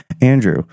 Andrew